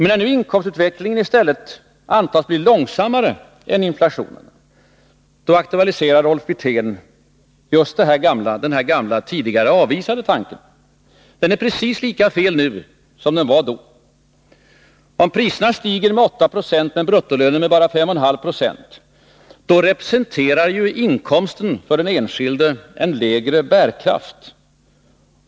När nu inkomstutvecklingen i stället antas bli långsammare än inflationen aktualiserade Rolf Wirtén just den här gamla tidigare avvisade tanken. Men den är precis lika fel nu som den var då. Om priserna stiger med 8 Zo men bruttolönen med bara 5,5 26 representerar ju inkomsten för den enskilde en lägre bärkraft.